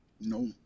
No